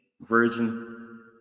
version